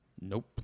Nope